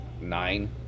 nine